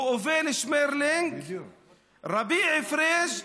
ראובן שמרלינג, 2017,